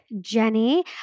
Jenny